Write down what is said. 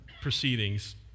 proceedings